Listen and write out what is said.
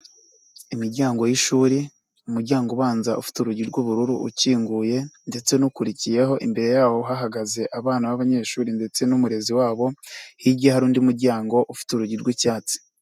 Imiryango y'ishuri, umuryango ubanza ufite urugi rw'ubururu ukinguye ndetse n'ukurikiyeho, imbere yawo hahagaze abana b'abanyeshuri ndetse n'umurezi wabo hirya hari undi muryango ufite urugi rw'icyatsi.